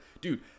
dude